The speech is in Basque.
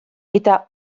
eta